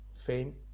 fame